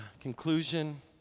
conclusion